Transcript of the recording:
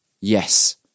yes